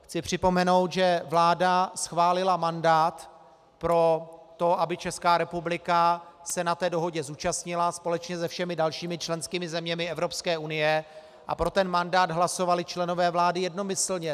Chci připomenout, že vláda schválila mandát pro to, aby Česká republika se na té dohodě zúčastnila společně se všemi dalšími členskými zeměmi Evropské unie, a pro ten mandát hlasovali členové vlády jednomyslně.